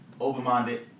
Open-minded